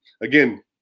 again